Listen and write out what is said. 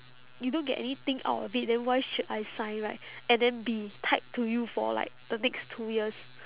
you don't get anything out of it then why should I sign right and then be tied to you for like the next two years